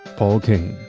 paul kane,